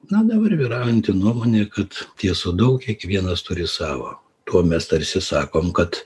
na dabar vyraujanti nuomonė kad tiesa daug kiekvienas turi savo tuo mes tarsi sakom kad